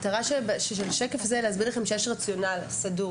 מטרת השקף הזה היא להסביר לכם שיש רציונל סדור,